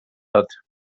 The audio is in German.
hat